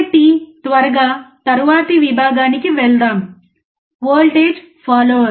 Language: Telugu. కాబట్టి త్వరగా తరువాతి విభాగానికి వెళ్దాం వోల్టేజ్ ఫాలోవర్